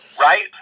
right